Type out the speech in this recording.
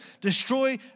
destroy